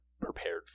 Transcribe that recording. prepared